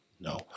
No